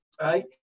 right